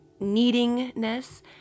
needingness